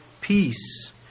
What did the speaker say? peace